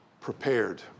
prepared